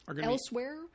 Elsewhere